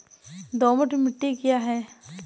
दोमट मिट्टी क्या है?